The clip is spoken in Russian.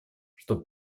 чтобы